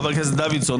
חבר הכנסת דוידסון,